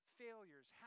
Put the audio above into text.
failures